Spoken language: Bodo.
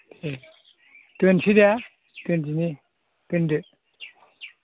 दे दोननोसै दे दोनदिनि दोन्दो